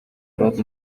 ороод